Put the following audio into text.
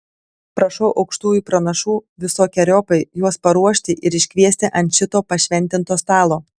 prašau aukštųjų pranašų visokeriopai juos paruošti ir iškviesti ant šito pašventinto stalo